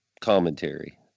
commentary